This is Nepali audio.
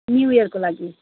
न्यु इयरको लागि